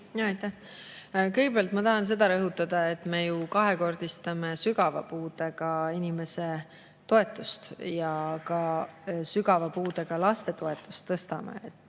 Jaa, aitäh! Kõigepealt ma tahan seda rõhutada, et me ju kahekordistame sügava puudega inimese toetust ja tõstame ka sügava puudega laste toetust. Seda me